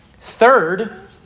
Third